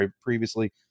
previously